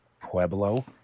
Pueblo